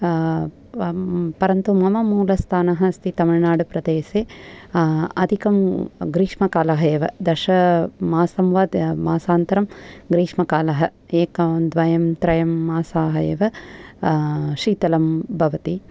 परन्तु मम मूलस्थानम् अस्ति तमिल्नाडु प्रदेशे अधिकं ग्रीष्मकालः एव दशमासं वा मासान्तरं ग्रीष्मकालः एकं द्वयं त्रयं मासाः एव शीतलं भवति